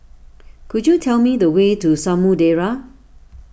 could you tell me the way to Samudera